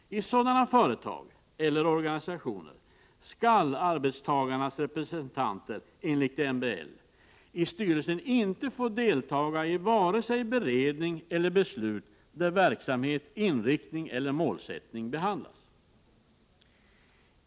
I sådana företag eller organisationer skall arbetstagarnas representanter enligt MBL i styrelser inte få delta i vare sig beredning eller beslut där verksamhetens inriktning eller målsättning behandlas.